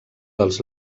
dels